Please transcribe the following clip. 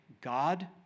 God